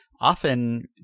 Often